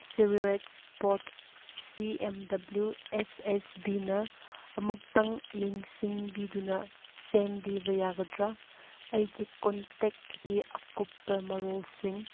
sewerage board ꯁꯤ M W S S ꯕꯤꯅ ꯑꯃꯨꯛꯇꯪ ꯌꯦꯡꯁꯟꯕꯤꯗꯨꯅ ꯁꯦꯝꯕꯤꯕ ꯌꯥꯒꯗ꯭ꯔ ꯑꯩꯒꯤ ꯀꯣꯟꯇꯦꯛꯀꯤ ꯑꯀꯨꯞꯄ ꯃꯔꯣꯜꯁꯤꯡ